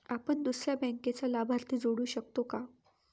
आपण दुसऱ्या बँकेचा लाभार्थी जोडू शकतो का?